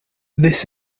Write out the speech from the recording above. this